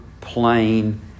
plain